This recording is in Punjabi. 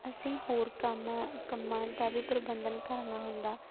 ਅਸੀਂ ਹੋਰ ਕੰਮਾਂ ਕੰਮਾਂ ਦਾ ਵੀ ਪ੍ਰਬੰਧਨ ਕਰਨਾ ਹੁੰਦਾ